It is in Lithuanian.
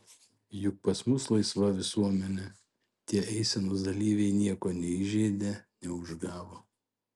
juk pas mus laisva visuomenė tie eisenos dalyviai nieko neįžeidė neužgavo